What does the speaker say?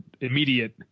immediate